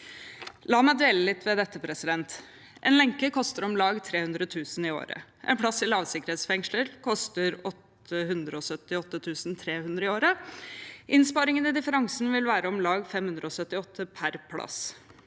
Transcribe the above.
La meg dvele litt ved dette: En lenke koster om lag 300 000 kr i året, en plass i lavsikkerhetsfengsel koster 878 300 kr i året. Innsparingen, differansen, vil være om lag 578 000 kr per plass.